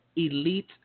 Elite